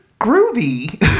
groovy